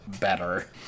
better